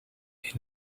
path